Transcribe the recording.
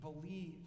believe